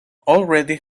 already